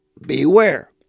beware